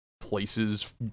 places